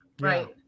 Right